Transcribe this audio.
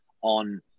on